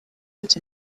that